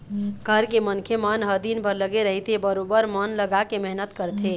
घर के मनखे मन ह दिनभर लगे रहिथे बरोबर मन लगाके मेहनत करथे